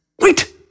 Wait